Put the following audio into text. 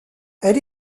elle